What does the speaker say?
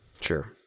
Sure